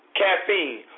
caffeine